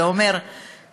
זה אומר ראשונה,